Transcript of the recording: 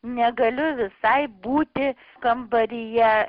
negaliu visai būti kambaryje